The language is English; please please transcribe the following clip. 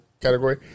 category